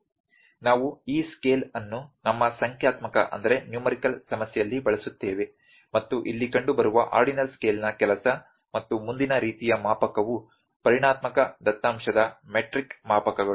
ನಾವು ಈ ಸ್ಕೇಲ್ ಅನ್ನು ನಮ್ಮ ಸಂಖ್ಯಾತ್ಮಕ ಸಮಸ್ಯೆಯಲ್ಲಿ ಬಳಸುತ್ತೇವೆ ಮತ್ತು ಇಲ್ಲಿ ಕಂಡುಬರುವ ಆರ್ಡಿನಲ್ ಸ್ಕೇಲ್ನ ಕೆಲಸ ಮತ್ತು ಮುಂದಿನ ರೀತಿಯ ಮಾಪಕವು ಪರಿಮಾಣಾತ್ಮಕ ದತ್ತಾಂಶದ ಮೆಟ್ರಿಕ್ ಮಾಪಕಗಳು